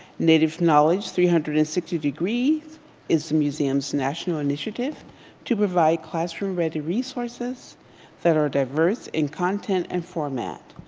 native knowledge three hundred and sixty degrees is the museum's national initiative to provide classroom ready resources that are diverse in content and format,